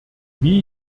wie